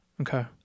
Okay